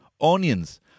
Onions